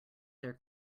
their